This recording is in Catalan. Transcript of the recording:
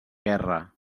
guerra